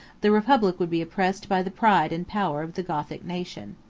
the republic would be oppressed by the pride and power of the gothic nation.